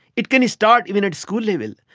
it can start even at school level.